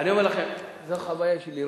אני אומר לכם: זו החוויה שלי,